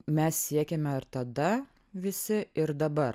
mes siekėme ir tada visi ir dabar